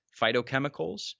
phytochemicals